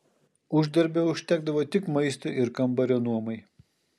uždarbio užtekdavo tik maistui ir kambario nuomai